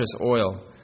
oil